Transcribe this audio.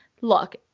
look